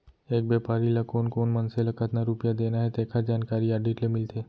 एक बेपारी ल कोन कोन मनसे ल कतना रूपिया देना हे तेखर जानकारी आडिट ले मिलथे